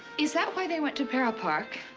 is that why they went to para park?